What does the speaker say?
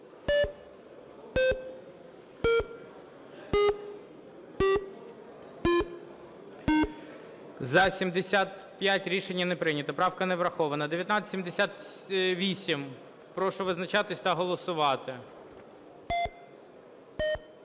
За-75 Рішення не прийнято. Правка не врахована. 1978. Прошу визначатись та голосувати.